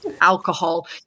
alcohol